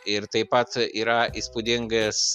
ir taip pat yra įspūdingas